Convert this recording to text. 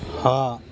ਹਾਂ